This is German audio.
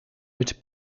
mit